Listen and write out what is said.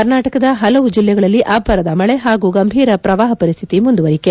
ಕರ್ನಾಟಕದ ಹಲವು ಜಿಲ್ಲೆಗಳಲ್ಲಿ ಅಬ್ಬರದ ಮಳಿ ಹಾಗೂ ಗಂಭೀರ ಪ್ರವಾಹ ಪರಿಸ್ಡಿತಿ ಮುಂದುವರಿಕೆ